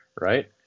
right